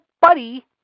buddy